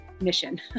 mission